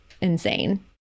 insane